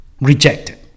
rejected